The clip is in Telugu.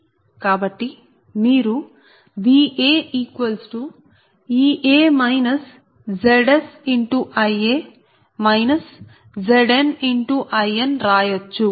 కాబట్టి మీరు VaEa ZsIa ZnIn రాయచ్చు